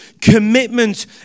commitment